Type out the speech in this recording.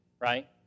right